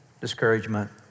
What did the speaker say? discouragement